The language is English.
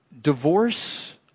Divorce